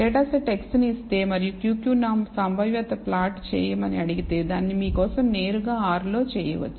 data set x ను ఇస్తే మరియు Q Q norm సంభావ్యత ప్లాట్ చేయమని అడిగితే దీనిని మీ కోసం నేరుగా r లో చేయవచ్చు